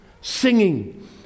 singing